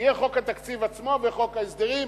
תהיה חוק התקציב עצמו וחוק ההסדרים.